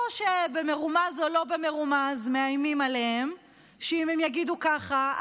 או שבמרומז או לא במרומז מאיימים עליהם שאם הם יגידו ככה,